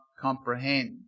comprehend